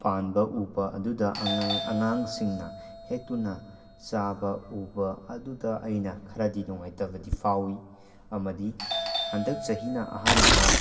ꯄꯥꯟꯕ ꯎꯕ ꯑꯗꯨꯗ ꯑꯉꯥꯡꯁꯤꯡꯅ ꯍꯦꯛꯇꯨꯅ ꯆꯥꯕ ꯎꯕ ꯑꯗꯨꯗ ꯑꯩꯅ ꯈꯔꯗꯤ ꯅꯨꯡꯉꯥꯏꯇꯕꯗꯤ ꯐꯥꯎꯏ ꯑꯃꯗꯤ ꯍꯟꯗꯛ ꯆꯍꯤꯅ ꯑꯍꯥꯟꯕ